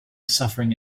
suffering